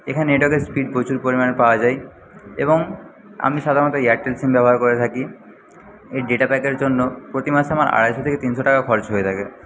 এখানে নেটওয়ার্কের স্পিড প্রচুর পরিমাণে পাওয়া যায় এবং আমি সাধারণত এয়ারটেল সিম ব্যবহার করে থাকি এর ডেটাপ্যাকের জন্য প্রতি মাসে আমার আড়াইশো থেকে তিনশো টাকা খরচ হয়ে থাকে